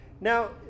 Now